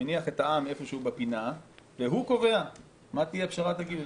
מניח את העם איפשהו בפינה והוא קובע מה תהיה פשרת הגיוס.